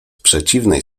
przeciwnej